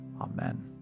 Amen